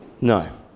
No